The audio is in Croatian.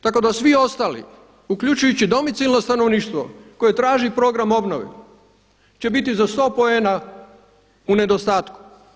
Tako da svi ostali uključujući i domicilno stanovništvo koje traži program obnove će biti za 100 poena u nedostatku.